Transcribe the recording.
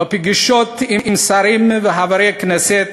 בפגישות עם שרים וחברי כנסת,